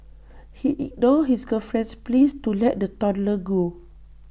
he ignored his girlfriend's pleas to let the toddler go